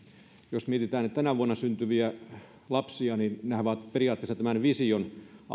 jos mietitään tänä vuonna syntyviä lapsia niin hehän ovat periaatteessa tämän vision